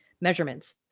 Measurements